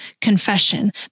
confession